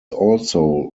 also